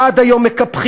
עד היום מקפחים,